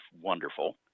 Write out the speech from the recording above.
wonderful